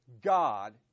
God